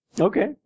Okay